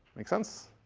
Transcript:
makes sense?